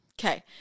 Okay